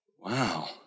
wow